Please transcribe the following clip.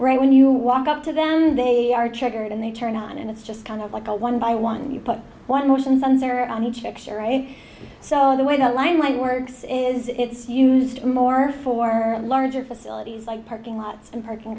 right when you walk up to them they are triggered and they turn on and it's just kind of like a one by one you put one motion sensor on each picture right so the way the line light works is it's used more for larger facilities like parking lots and parking